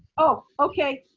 oh, okay,